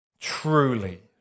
Truly